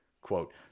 Quote